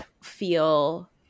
feel